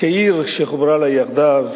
כעיר שחוברה לה יחדיו,